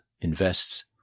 invests